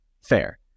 fair